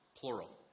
plural